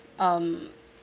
um